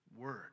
Word